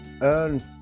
earn